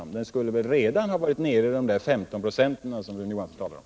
Kapaciteten skulle väl redan ha varit nere i de 15 96 som Rune Johansson talar om.